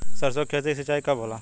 सरसों की खेती के सिंचाई कब होला?